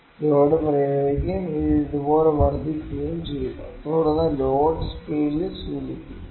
load പ്രയോഗിക്കുകയും ഇത് ഇതുപോലെ വർദ്ധിക്കുകയും ചെയ്യുന്നു തുടർന്ന് ലോഡ് സ്കെയിലിൽ സൂചിപ്പിക്കും